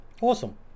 awesome